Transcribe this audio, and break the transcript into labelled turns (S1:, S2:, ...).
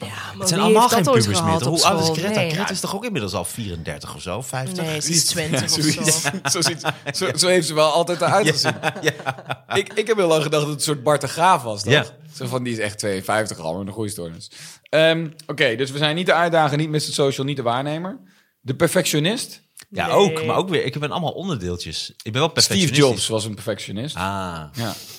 S1: Ja,
S2: Het
S1: maar
S2: zijn
S1: wie
S2: allemaal
S1: heeft dat
S2: geen
S1: ooit
S2: pubers meer,
S1: gehad
S2: toch?
S1: op
S2: Hoe oud is
S1: school?
S2: Greta?
S1: Nee.
S2: Greta is toch ook inmiddels al 34 of zo? 50?
S1: Nee, ze is 20 of
S2: Ja, zoiets.
S1: zo.
S2: Zo zit ze- zo- zo heeft ze wel altijd eruit gezien. Ik- ik heb heel lang gedacht dat het een soort Bart de Graaf was, toch?
S1: Ja.
S2: Zo van, die is echt 52 al, maar een goede stoornis. Ehm, oké, dus we zijn niet de uitdager, niet Mr. Social, niet de waarnemer. De perfectionist?
S1: Ja, ook,
S2: Nee.
S1: maar ook weer, ik ben allemaal onderdeeltjes. Ik ben wel
S2: Steve
S1: perfectionistisch.
S2: Jobs was een perfectionist.
S1: Ah.
S2: Ja.